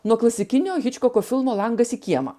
nuo klasikinio hičkoko filmo langas į kiemą